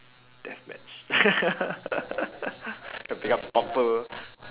death match become bumper